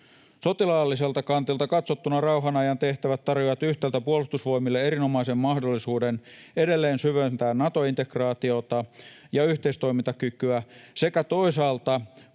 Sotilaalliselta kantilta katsottuna rauhan ajan tehtävät tarjoavat yhtäältä Puolustusvoimille erinomaisen mahdollisuuden edelleen syventää Nato-integraatiota ja yhteistoimintakykyä sekä toisaalta paikan osoittaa